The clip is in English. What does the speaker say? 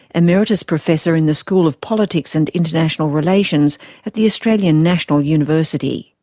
emeritus professor in the school of politics and international relations at the australian national university.